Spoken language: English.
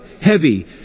heavy